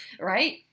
right